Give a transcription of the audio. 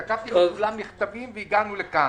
כתבנו מכתבים והגענו לכאן.